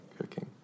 cooking